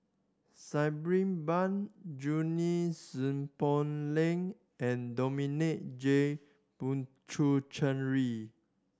Sabri Buang Junie Sng Poh Leng and Dominic J Puthucheary